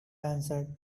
answered